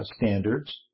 standards